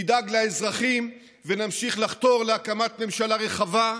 נדאג לאזרחים ונמשיך לחתור להקמת ממשלה רחבה,